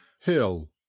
Hill